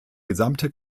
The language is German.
gesamte